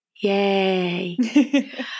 Yay